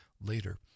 later